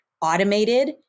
automated